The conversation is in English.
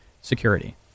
security